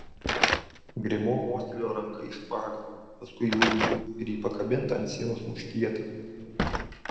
grimo mostelėjo ranka į špagą paskui į ugnį ir į pakabintą ant sienos muškietą